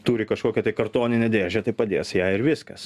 turi kažkokią tai kartoninę dėžę tai padės ją ir viskas